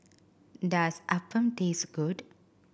does appam taste good